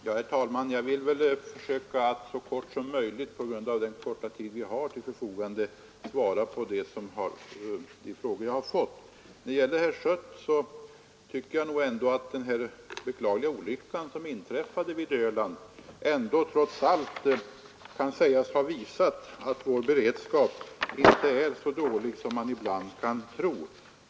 Herr talman! Jag skall försöka att på grund av den korta tid jag har till förfogande så kortfattat som möjligt svara på de frågor som jag har fått. Till herr Schött vill jag säga att den beklagliga olycka som inträffade vid Öland trots allt kan sägas ha visat att vår beredskap inte är så dålig som man ibland kan tro.